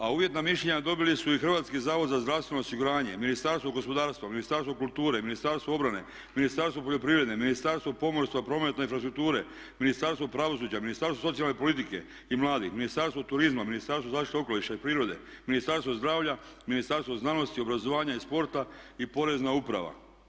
A uvjetna mišljenja dobili su i Hrvatski zavod za zdravstveno osiguranje, Ministarstvo gospodarstva, Ministarstvo kulture, Ministarstvo obrane, Ministarstvo poljoprivrede, Ministarstvo pomorska, prometa i infrastrukture, Ministarstvo pravosuđa, Ministarstvo socijalne politike i mladih, Ministarstvo turizma, Ministarstvo zaštite okoliša i prirode, Ministarstvo zdravlja, Ministarstvo znanosti, obrazovanja i sporta i porezna uprava.